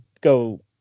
go